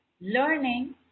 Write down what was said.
learning